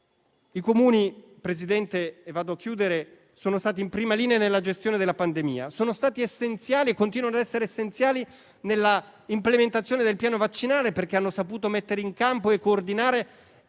i Comuni sono stati in prima linea nella gestione della pandemia. Sono stati essenziali e continuano ad essere essenziali nella implementazione del piano vaccinale, perché hanno saputo mettere in campo e coordinare